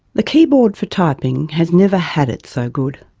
the keyboard for typing has never had it so good.